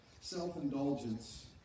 Self-indulgence